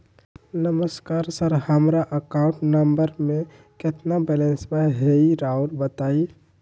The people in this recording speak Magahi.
नमस्कार सर हमरा अकाउंट नंबर में कितना बैलेंस हेई राहुर बताई?